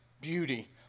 beauty